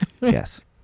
Yes